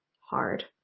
hard